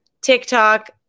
TikTok